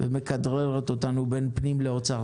ומכדררת אותנו בין פנים לאוצר.